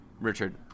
richard